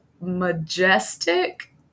majestic